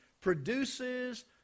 produces